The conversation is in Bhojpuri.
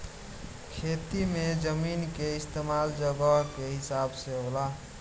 खेती मे जमीन के इस्तमाल जगह के हिसाब से होला